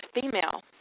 female